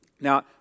Now